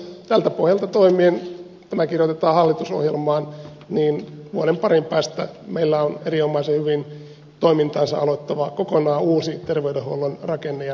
tältä pohjalta toimien kun tämä kirjoitetaan hallitusohjelmaan vuoden parin päästä meillä on erinomaisen hyvin toimintaansa aloittava kokonaan uusi terveydenhuollon rakenne ja rahoitusjärjestelmä